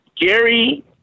Gary